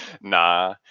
Nah